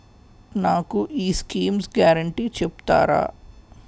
నాకు ఈ schemes guarantee చెప్తారా?